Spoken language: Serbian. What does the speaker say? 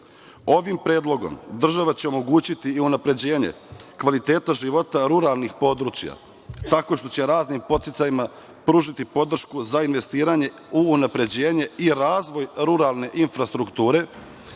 Ovim predlogom država će omogućiti i unapređenje kvaliteta života ruralnih područja tako što će raznim podsticajima pružiti podršku za investiranje u unapređenje i razvoj ruralne infrastrukture,